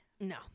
No